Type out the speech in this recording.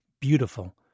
beautiful